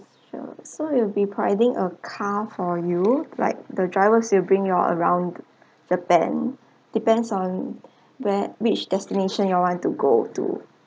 sure so we'll be providing a car for you like the drivers will bring you all around japan depends on where which destination you all want to go to